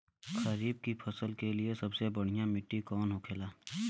खरीफ की फसल के लिए सबसे बढ़ियां मिट्टी कवन होखेला?